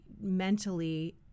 mentally